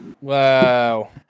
Wow